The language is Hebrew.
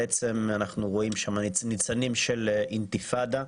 אנחנו רואים ניצנים של אינתיפאדה.